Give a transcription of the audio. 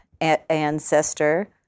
ancestor